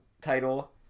title